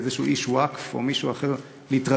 לאיש ווקף או למישהו אחר להתרגז,